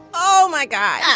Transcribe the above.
oh, my god. yeah